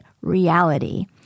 reality